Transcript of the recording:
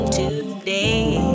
today